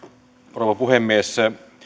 rouva puhemies